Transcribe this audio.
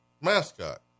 mascot